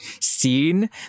seen